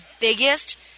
biggest